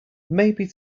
maybe